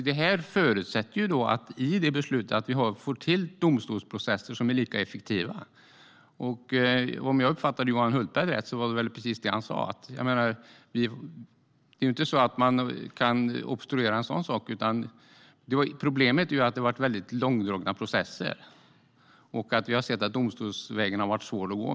Det förutsätter att vi får till domstolsprocesser som är lika effektiva. Uppfattade jag Johan Hultberg rätt var det väl precis det han sa. Vi kan inte obstruera en sådan sak. Problemet är att det har varit väldigt långdragna processer, och vi har sett att domstolsvägen har varit svår att gå.